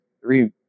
three